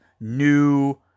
new